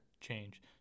change